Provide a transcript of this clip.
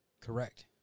Correct